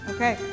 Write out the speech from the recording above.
Okay